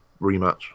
rematch